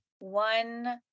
One